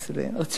ראשית,